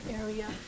area